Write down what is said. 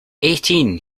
eighteen